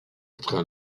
train